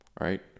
right